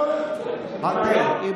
אדוני היושב-ראש, תראה, תראה מה הולך פה.